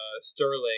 sterling